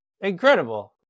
Incredible